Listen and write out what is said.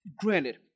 granted